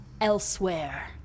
elsewhere